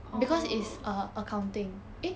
orh